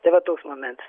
tai va toks momentas